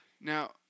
Now